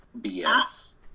BS